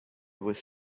was